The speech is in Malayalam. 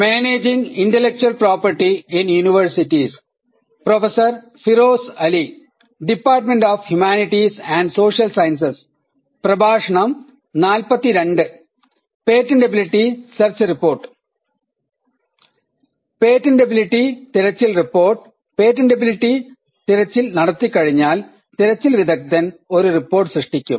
പേറ്റന്റബിലിറ്റി തിരച്ചിൽ റിപ്പോർട്ട് പേറ്റന്റബിലിറ്റി തിരച്ചിൽ നടത്തിക്കഴിഞ്ഞാൽ തിരച്ചിൽ വിദഗ്ധൻ ഒരു റിപ്പോർട്ട് സൃഷ്ടിക്കും